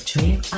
Dream